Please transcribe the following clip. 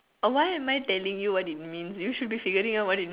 why am I telling you what it means you should be figuring out what it means